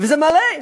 וזה מלא,